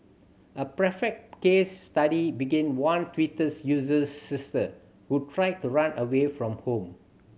a perfect case study being one Twitters user's sister who tried to run away from home